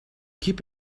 keep